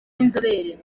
b’inzobere